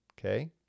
okay